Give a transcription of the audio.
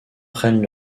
prennent